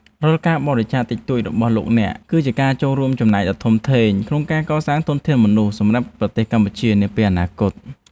រាល់ការបរិច្ចាគតិចតួចរបស់លោកអ្នក គឺជាការរួមចំណែកដ៏ធំធេងក្នុងការកសាងធនធានមនុស្សសម្រាប់ប្រទេសកម្ពុជានាពេលអនាគត។